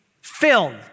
filled